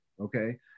okay